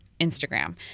Instagram